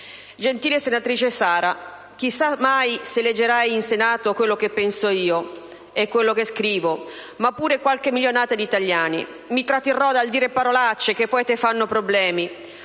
«Gentile senatrice Sara, chissà mai se leggerà in Senato quello che penso e scrivo io, ma pure qualche milionata di italiani. Mi tratterrò dal dire parolacce, che poi le fanno problemi!